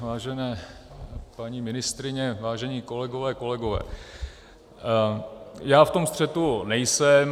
Vážené paní ministryně, vážené kolegyně, kolegové, já v tom střetu nejsem.